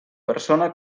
persona